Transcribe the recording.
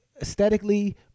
aesthetically